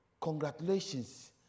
Congratulations